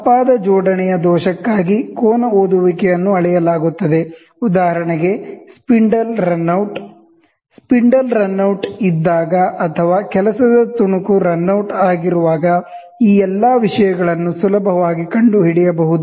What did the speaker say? ತಪ್ಪಾದ ಜೋಡಣೆಯ ದೋಷಕ್ಕಾಗಿ ಆಂಗಲ್ ಓದುವಿಕೆಯನ್ನು ಅಳೆಯಲಾಗುತ್ತದೆ ಉದಾಹರಣೆಗೆ ಸ್ಪಿಂಡಲ್ ರನೌಟ್ ಸ್ಪಿಂಡಲ್ ರನೌಟ್ ಇದ್ದಾಗ ಅಥವಾ ವರ್ಕ್ ಪೀಸ್ ರನೌಟ್ ಆಗಿರುವಾಗ ಈ ಎಲ್ಲ ವಿಷಯಗಳನ್ನು ಸುಲಭವಾಗಿ ಕಂಡುಹಿಡಿಯಬಹುದು